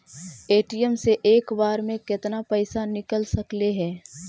ATM से एक बार मे केतना पैसा निकल सकले हे?